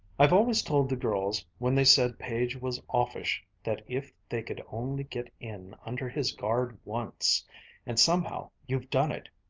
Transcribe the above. i've always told the girls when they said page was offish that if they could only get in under his guard once and somehow you've done it.